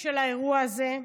של האירוע הזה.